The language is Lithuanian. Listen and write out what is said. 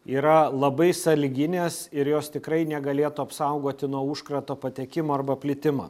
yra labai sąlyginės ir jos tikrai negalėtų apsaugoti nuo užkrato patekimo arba plitimo